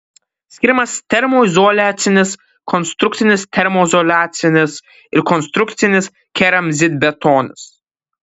skiriamas termoizoliacinis konstrukcinis termoizoliacinis ir konstrukcinis keramzitbetonis